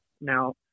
Now